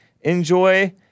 enjoy